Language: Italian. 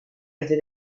rete